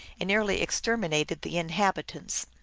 and nearly exterminated the inhabitants.